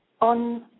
on